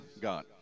God